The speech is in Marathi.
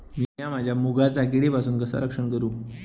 मीया माझ्या मुगाचा किडीपासून कसा रक्षण करू?